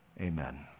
Amen